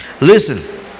Listen